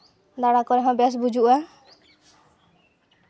ᱫᱟᱲᱟ ᱠᱚᱨᱮ ᱦᱚᱸ ᱵᱮᱥ ᱵᱩᱡᱩᱜᱼᱟ